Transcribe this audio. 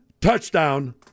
touchdown